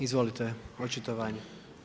Izvolite očitovanje.